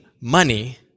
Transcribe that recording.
money